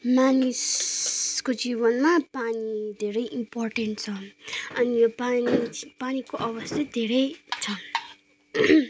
मानिसको जिवनमा पानी धेरै इम्पोर्टेन्ट छ अनि यो पानी पानीको आवश्यक धेरै छ